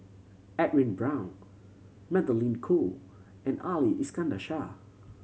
Edwin Brown Magdalene Khoo and Ali Iskandar Shah